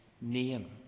name